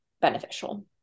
beneficial